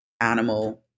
animal